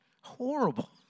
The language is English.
Horrible